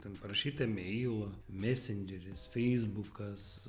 ten parašyt emeilą mesendžeris feisbukas